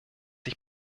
ich